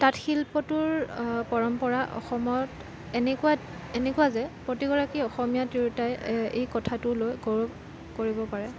তাঁত শিল্পটোৰ পৰম্পৰা অসমত এনেকুৱা এনেকুৱা যে প্ৰতিগৰাকী অসমীয়া তিৰোতাই এই কথাটো লৈ গৌৰৱ কৰিব পাৰে